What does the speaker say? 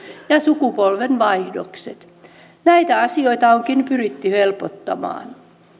ja sukupolvenvaihdokset näitä asioita onkin pyritty helpottamaan